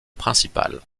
principal